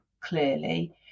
clearly